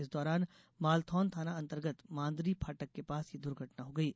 इस दौरान मालथौन थाना अर्न्तगत मांदरी फाटक के पास यह दुर्घटना हो गयी